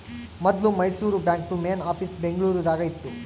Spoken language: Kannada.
ಮೊದ್ಲು ಮೈಸೂರು ಬಾಂಕ್ದು ಮೇನ್ ಆಫೀಸ್ ಬೆಂಗಳೂರು ದಾಗ ಇತ್ತು